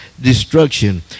destruction